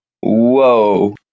Whoa